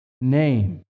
name